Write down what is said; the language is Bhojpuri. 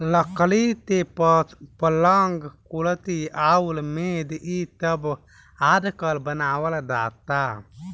लकड़ी से पलंग, कुर्सी अउरी मेज़ इ सब आजकल बनावल जाता